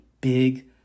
big